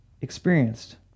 experienced